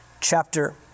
chapter